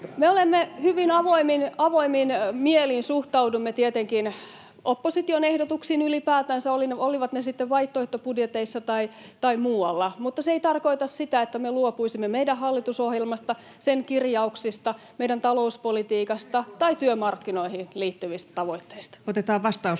Me hyvin avoimin mielin suhtaudumme tietenkin opposition ehdotuksiin ylipäätänsä, olivat ne sitten vaihtoehtobudjeteissa tai muualla, mutta se ei tarkoita sitä, että me luopuisimme meidän hallitusohjelmasta, sen kirjauksista, meidän talouspolitiikasta tai työmarkkinoihin liittyvistä tavoitteista. [Jussi Saramo: